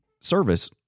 service